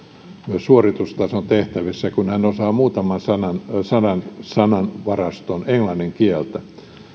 myös suoritustason tehtävissä kun hän osaa muutaman sadan sadan sanan varaston englannin kieltä